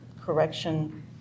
correction